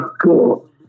Cool